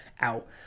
out